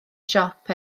siop